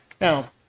now